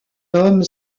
homme